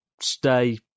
stay